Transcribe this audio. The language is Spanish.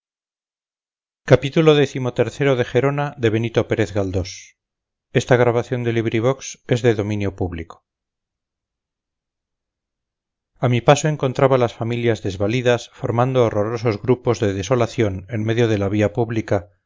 ideas a mi paso encontraba las familias desvalidas formando horrorosos grupos de desolación en medio de la vía pública